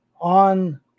on